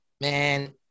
man